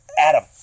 Adam